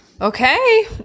okay